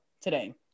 today